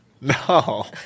No